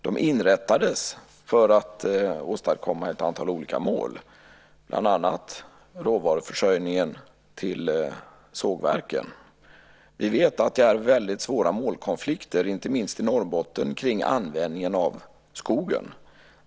De inrättades för att åstadkomma ett antal olika mål, bland annat råvaruförsörjningen till sågverken. Vi vet att det är väldigt svåra målkonflikter, inte minst i Norrbotten, kring användningen av skogen.